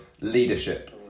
leadership